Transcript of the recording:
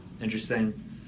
interesting